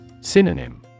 Synonym